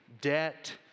debt